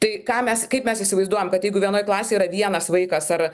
tai ką mes kaip mes įsivaizduojam kad jeigu vienoj klasėj yra vienas vaikas ar